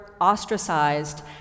ostracized